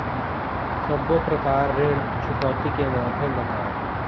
सब्बो प्रकार ऋण चुकौती के माध्यम बताव?